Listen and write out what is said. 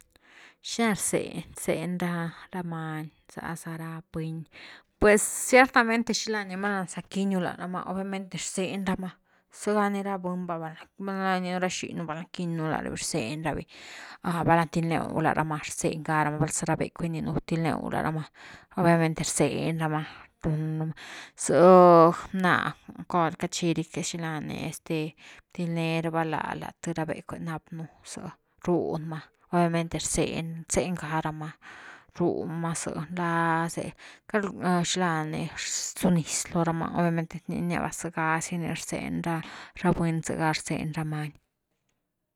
Xina rzeñ-rzeñ ra many za-za ra buny? Pues ciertamente xila ni val’na za quiñu lá rama obviamente rzeñ rama zega ni ra buny va valna, val’na va ra xiny nú va val’na quiñ nú lá’ ra virzeñ ravi, valna til new la´rama rzeñ gá rama, val za ra becwe rninu rzeñ ga ra’ma, obviamente rzañ rama ze bna corgi, cachigy este bdil ne raba la th-th ra becwe ni nap nú zë’ run ma obviamente rzeñ rzeñ gá rama, rún ma zë, nlaz’e xila nirzu nix lo rama, obviamente zega zi ni rzeñ ra ra buny ze’ga rzeñ ra many.